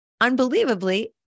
unbelievably